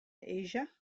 asia